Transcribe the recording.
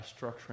structuring